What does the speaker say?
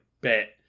bet